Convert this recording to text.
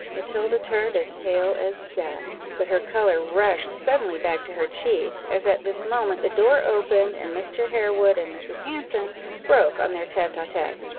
matilda turned as pale as death but her colour rushed suddenly back to her cheeks, as at this moment the door opened, and mr. harewood and mrs. hanson broke on their tete-a-tete.